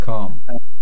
Calm